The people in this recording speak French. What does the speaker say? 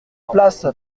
place